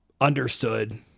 understood